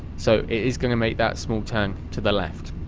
so it is gonna make that small turn to the left.